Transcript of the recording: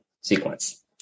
sequence